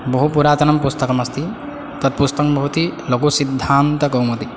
बहु पुरातनं पुस्तकमस्ति तत् पुस्तकं भवति लघुसिद्धान्तकौमुदी